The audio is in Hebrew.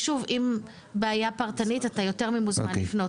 ושוב, אם בעיה פרטנית, אתה יותר ממוזמן לפנות.